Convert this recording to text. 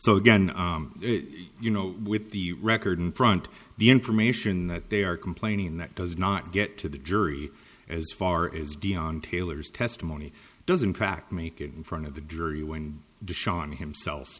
so again you know with the record in front the information that they are complaining that does not get to the jury as far as dion taylor's testimony doesn't crack make it in front of the jury when de shawn himself